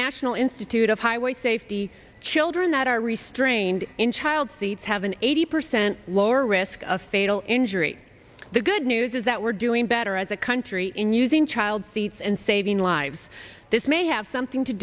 national institute of highway safety children that are restrained in child seats have an eighty percent lower risk of fatal injury the good news is that we're doing better as a country in using child seats and saving lives this may have something to